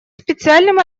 специальным